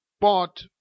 bought